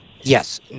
Yes